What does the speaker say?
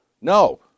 No